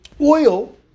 Oil